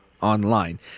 online